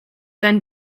then